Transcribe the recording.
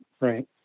right